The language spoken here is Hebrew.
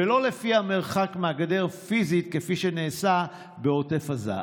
ולא לפי המרחק מהגדר פיזית, כפי שנעשה בעוטף עזה.